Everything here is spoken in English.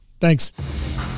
Thanks